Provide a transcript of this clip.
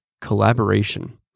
collaboration